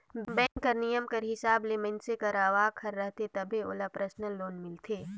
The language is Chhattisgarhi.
बेंक कर नियम कर हिसाब ले मइनसे कर आवक हर रहथे तबे ओला परसनल लोन मिलथे